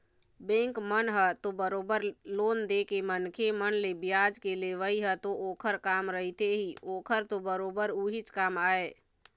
bank मन ह तो बरोबर लोन देके मनखे मन ले बियाज के लेवई ह तो ओखर काम रहिथे ही ओखर तो बरोबर उहीच काम आय